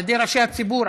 על-ידי ראשי הציבור,